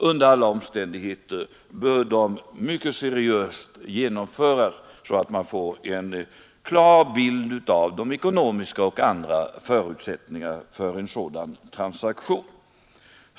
Under alla omständigheter bör de mycket seriöst genomföras så att man får en klar bild av de ekonomiska och andra förutsättningarna för en sådan transaktion.